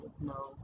no